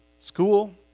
school